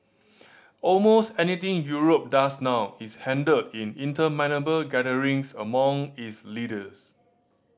almost anything Europe does now is handled in interminable gatherings among its leaders